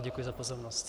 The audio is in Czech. Děkuji za pozornost.